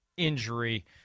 Injury